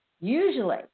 Usually